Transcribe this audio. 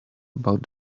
about